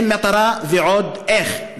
הם מטרה ועוד איך,